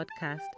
Podcast